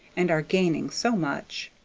and are gaining so much.